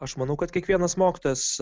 aš manau kad kiekvienas mokytojas